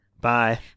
Bye